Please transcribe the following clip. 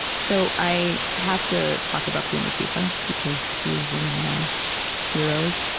so i have to talk about queen latifah, because she is one of my heroes,